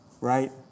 right